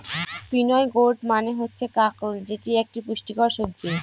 spiny gourd মানে হচ্ছে কাঁকরোল যেটি একটি পুষ্টিকর সবজি